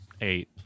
eight